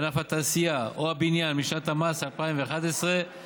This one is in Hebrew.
בענף התעשייה ובבניין משנת המס 2011 ואילך.